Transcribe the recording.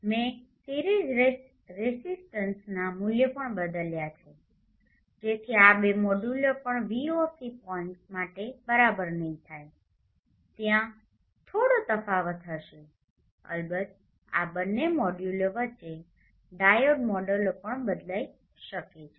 મેં સિરીજ રેસિસ્ટન્સના મૂલ્યો પણ બદલ્યા છે જેથી આ બે મોડ્યુલો પણ Voc પોઇન્ટસ માટે બરાબર નહીં થાય ત્યાં થોડો તફાવત હશે અલબત્ત આ બંને મોડ્યુલો વચ્ચે ડાયોડ મોડેલો પણ બદલાઈ શકે છે